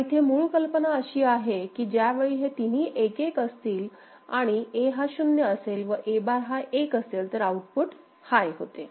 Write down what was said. पण इथे मूळ कल्पना अशी आहे की ज्यावेळी हे तिन्ही 1 1 असतील आणि A हा शून्य असेल व A बार हा 1 असेल तर आउटपुट हाय होते